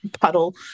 puddle